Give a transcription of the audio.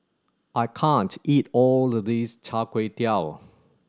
I can't eat all of this Char Kway Teow